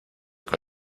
con